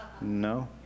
No